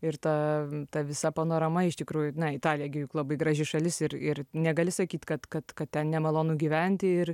ir ta ta visa panorama iš tikrųjų na italija gi juk labai graži šalis ir ir negali sakyt kad kad kad ten nemalonu gyventi ir